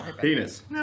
Penis